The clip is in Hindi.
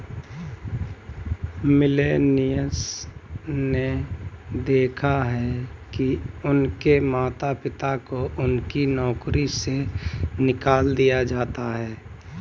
मिलेनियल्स ने देखा है कि उनके माता पिता को उनकी नौकरी से निकाल दिया जाता है